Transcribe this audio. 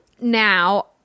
now